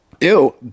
ew